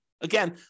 Again